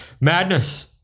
Madness